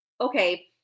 okay